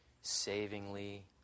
savingly